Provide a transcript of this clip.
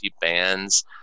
bands